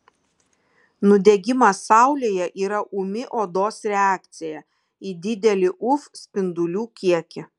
nudegimas saulėje yra ūmi odos reakcija į didelį uv spindulių kiekį